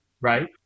Right